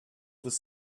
was